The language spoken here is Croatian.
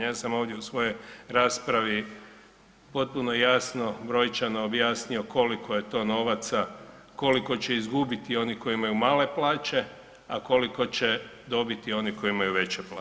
Ja sam ovdje u svojoj raspravi potpuno jasno brojčano objasnio koliko je to novaca, koliko će izgubiti oni koji imaju male plaće, a koliko će dobiti oni koji imaju veće